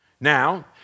Now